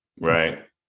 right